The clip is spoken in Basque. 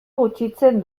gutxitzen